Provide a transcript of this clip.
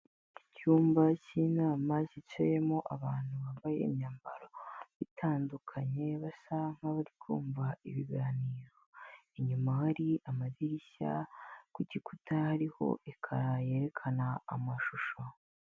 Icyumba cy'inama hicayemo abantu bambaye imyambaro itandukanye basa nkabarikumva ibiganiro. Inyuma hari amadirishya, kugikuta hariho ekara yerekana amashusho.